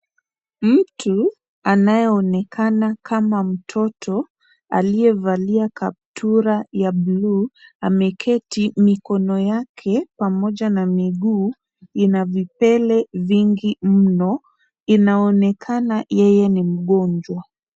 Mtu anayeonekana kama mtoto, aliyevalia kaptura ya buluu ameketi, mikono yake pamoja na miguu ina vipele vingi mno. Inaonekana yeye ni mgonjwa.